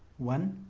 one.